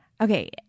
Okay